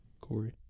Corey